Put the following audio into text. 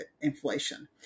inflation